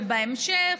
ובהמשך,